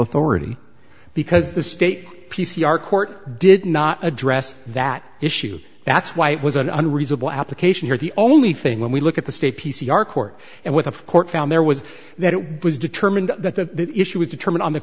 authority because the state p c r court did not address that issue that's why it was an unreasonable application here the only thing when we look at the state p c r court and with a court found there was that it was determined that that issue was determined on the